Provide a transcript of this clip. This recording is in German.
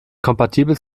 kompatibel